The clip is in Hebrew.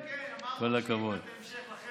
כן, כן, אמרתי שאלת המשך, כל הכבוד.